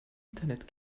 internet